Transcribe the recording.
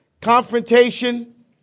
confrontation